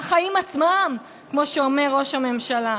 מהחיים עצמם, כמו שאומר ראש הממשלה.